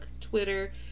Twitter